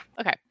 okay